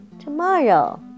tomorrow